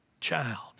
child